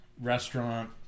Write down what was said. restaurant